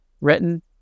written